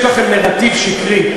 יש לכם נרטיב שקרי,